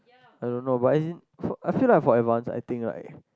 I don't know but as in  I feel that for advance I think right